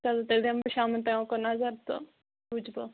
چلو تیٚلہِ دِمہٕ بہٕ شامَن تام اوکُن نظر تہٕ وٕچھ بہٕ